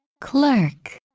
Clerk